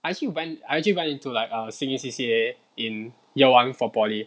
I actually went I actually went into like a senior C_C_A in year one for poly~